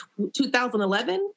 2011